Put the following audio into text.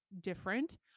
different